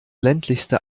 ländlichste